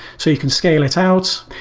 so you can scale it out.